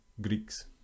Greeks